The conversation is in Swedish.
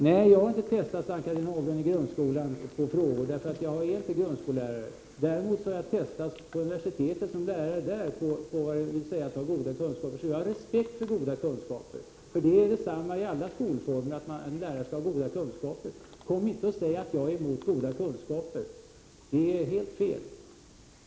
Nej, Ann-Cathrine Haglund, jag har inte testats i grundskolan, för jag är inte grundskolelärare. Däremot har jag testats på universitetet som lärare där på vad det vill säga att ha goda kunskaper, så jag har respekt för goda kunskaper. Det är detsamma i alla skolformer, att en lärare skall ha goda kunskaper. Kom inte och säg att jag är emot goda kunskaper — det är helt fel!